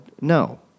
no